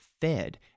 Fed